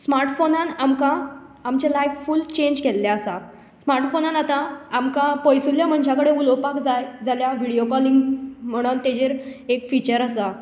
smart फोनान आमकां आमचें लायफ फूल चेंज केल्लें आसा स्माट फोनान आतां आमकां पयसुल्ल्या मनशां कडेन उलोवपाक जाय जाल्यार विडयो कॉलींग म्हणून ताजेर एक फिचर आसा